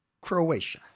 Croatia